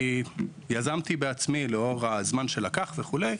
יזמתי בעצמי לאור הזמן שלקח וכו',